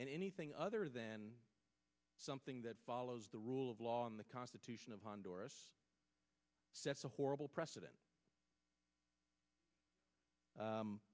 and anything other than something that follows the rule of law in the constitution of honduras sets a horrible precedent